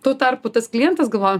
tuo tarpu tas klientas galvoja